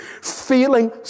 Feeling